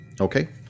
okay